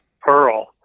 Pearl